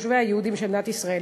היהודים של מדינת ישראל.